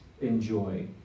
enjoy